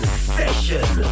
session